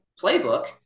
playbook